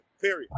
period